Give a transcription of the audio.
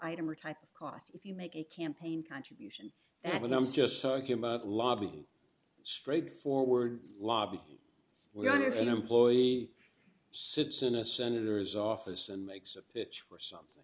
item or type of cost if you make a campaign contribution that when i'm just talking about lobby straight forward lobby we're going to have an employee sits in a senator's office and makes a pitch for something